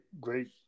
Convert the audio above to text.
great